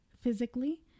physically